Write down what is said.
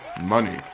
Money